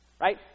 Right